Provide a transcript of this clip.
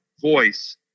voice